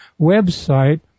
website